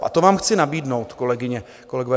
A to vám chci nabídnout, kolegyně, kolegové.